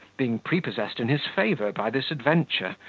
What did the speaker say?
being prepossessed in his favour by this adventure,